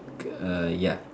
err ya